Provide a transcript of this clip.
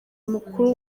mukuru